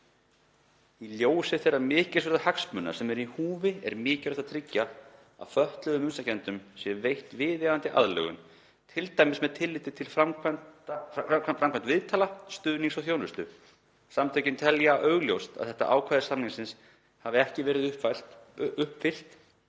„Í ljósi þeirra mikilsverðu hagsmuna sem eru í húfi er mikilvægt að tryggt sé að fötluðum umsækjendum sé veitt viðeigandi aðlögun, t.d. með tilliti til framkvæmdar viðtala, stuðnings og þjónustu. Samtökin telja augljóst að þetta ákvæði samningsins hafi ekki verið uppfyllt